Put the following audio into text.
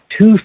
two